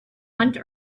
went